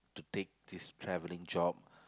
to take this travelling job